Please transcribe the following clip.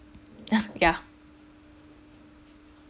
oh ya